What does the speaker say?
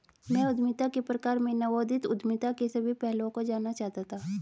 मैं उद्यमिता के प्रकार में नवोदित उद्यमिता के सभी पहलुओं को जानना चाहता था